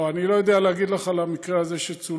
לא, אני לא יודע להגיד לך על המקרה הזה שצולם.